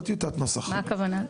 מה הכוונה?